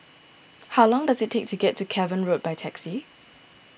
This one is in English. how long does it take to get to Cavan Road by taxi